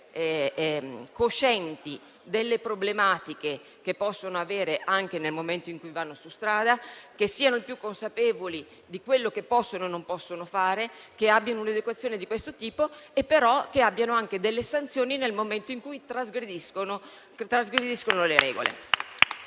coscienti delle problematiche che possono avere nel momento in cui vanno su strada, che siano più consapevoli di quello che possono e non possono fare, che abbiano un'educazione di questo tipo, ma anche delle sanzioni nel momento in cui trasgrediscono le regole.